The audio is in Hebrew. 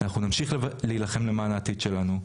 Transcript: אנחנו נמשיך להילחם למען העתיד שלנו,